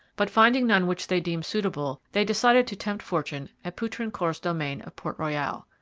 but, finding none which they deemed suitable, they decided to tempt fortune at poutrincourt's domain of port royal.